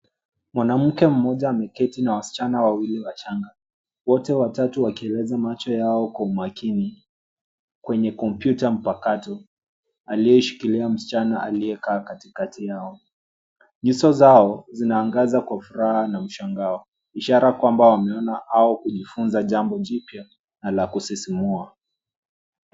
Mwanamke mmoja ameketi na wasichana wawili wachanga wote watatu wakieleza macho yao kwa umakini kwenye kompyuta mpakato aliyoishikilia msichana aliyekaa katikati yao. Nyuso zao zinaangaza kwa furaha na mshangao ishara kwamba wameona au kujifunza jambo jipya na la kusimumua.